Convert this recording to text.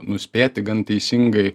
nuspėti gan teisingai